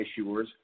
issuers